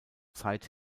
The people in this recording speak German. zeit